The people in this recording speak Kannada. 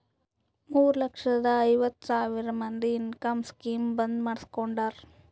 ಮೂರ ಲಕ್ಷದ ಐವತ್ ಸಾವಿರ ಮಂದಿ ಇನ್ಕಮ್ ಸ್ಕೀಮ್ ಬಂದ್ ಮಾಡುಸ್ಕೊಂಡಾರ್